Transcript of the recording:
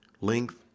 length